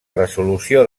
resolució